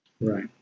Right